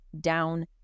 down